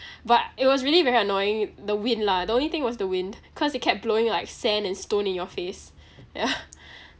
but it was really very annoying the wind lah the only thing was the wind cause it kept blowing like sand and stone in your face yeah